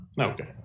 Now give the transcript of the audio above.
okay